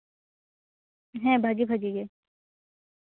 ᱦᱮᱸ ᱵᱷᱟᱜᱮ ᱵᱷᱟᱜᱮ ᱜᱮ